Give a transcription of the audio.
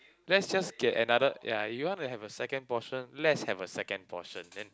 let's just get another ya you want to have a second portion let's have a second portion then